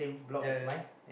ya ya